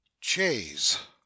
Chase